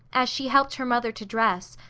as she helped her mother to dress,